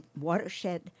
watershed